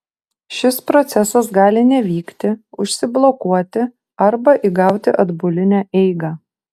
šis procesas gali nevykti užsiblokuoti arba įgauti atbulinę eigą